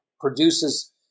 produces